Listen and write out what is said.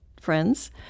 friends